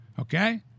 Okay